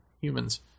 humans